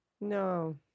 No